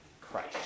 Christ